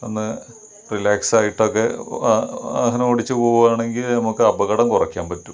ഒന്ന് റിലാക്സ് ആയിട്ടൊക്കെ വാഹനം ഓടിച്ച് പോകുവാണെങ്കിൽ നമുക്ക് അപകടം കുറയ്ക്കാൻ പറ്റും